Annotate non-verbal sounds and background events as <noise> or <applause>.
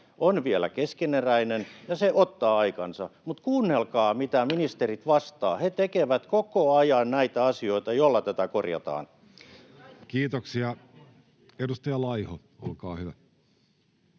on vielä keskeneräinen, ja se ottaa aikansa. Mutta kuunnelkaa, <noise> mitä ministerit vastaavat. He tekevät koko ajan näitä asioita, joilla tätä korjataan. Kiitoksia. — Edustaja Laiho, olkaa hyvä.